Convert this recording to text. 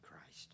Christ